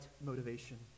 motivation